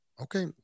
Okay